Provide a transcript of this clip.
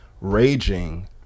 raging